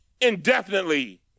indefinitely